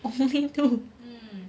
only two